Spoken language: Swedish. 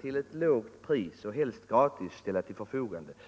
till ett lågt pris — helst ställa den till förfogande gratis.